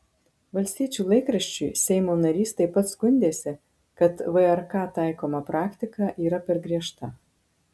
valstiečių laikraščiui seimo narys taip pat skundėsi kad vrk taikoma praktika yra per griežta